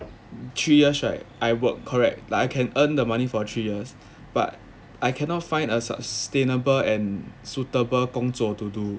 three years right I work correct like I can earn the money for three years but I cannot find a sustainable and suitable 工作 to do